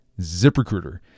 ZipRecruiter